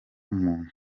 muntu